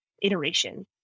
iteration